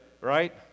right